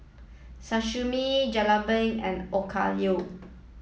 Sashimi Jalebi and Okayu